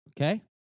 okay